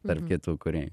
tarp kitų kūrėjų